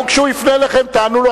כשהוא יפנה אליכם תענו לו,